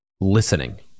listening